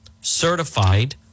certified